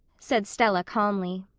said stella calmly.